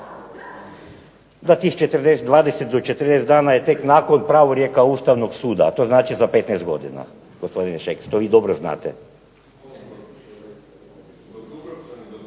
da tih 20 do 40 dana je tek nakon pravorijeka Ustavnog suda, a to znači za 15 godina. Gospodine Šeks to vi dobro znate.